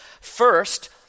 First